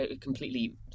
completely